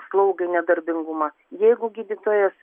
slaugių nedarbingumą jeigu gydytojas